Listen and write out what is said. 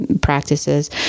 practices